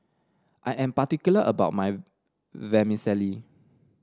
I am particular about my Vermicelli